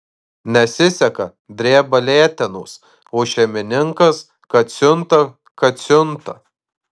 nesiseka dreba letenos o šeimininkas kad siunta kad siunta